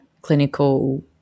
clinical